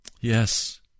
Yes